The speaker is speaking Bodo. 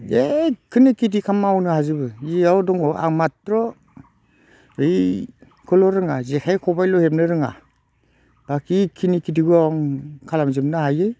जेखुनु खिथिखौ मावनो हाजोबो जियाव दङ आं माथ्र' बैखौल' रोङा जेखाइ खबाइल' हेबनो रोङा बाखि खिनि खेथिखौ आं खालामजोबनो हायो